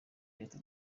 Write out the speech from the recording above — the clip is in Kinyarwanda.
leta